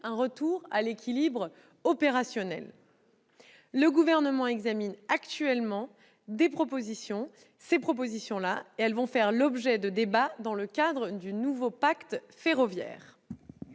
un retour à l'équilibre opérationnel. Le Gouvernement examine actuellement ces propositions, qui feront l'objet de débats dans le cadre du nouveau pacte ferroviaire.